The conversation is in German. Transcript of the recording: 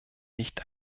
nicht